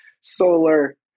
solar